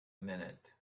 minute